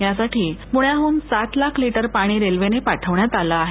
यासाठी पुण्याहून सात लाख लिटर पाणी रेल्वेने पाठवण्यात आला आहे